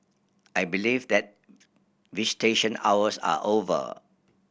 I believe that visitation hours are over